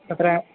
तत्र